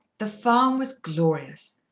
the farm was glorious.